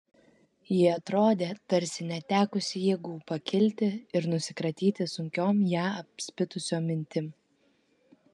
ji atrodė tarsi netekusi jėgų pakilti ir nusikratyti sunkiom ją apspitusiom mintim